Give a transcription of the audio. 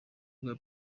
bwa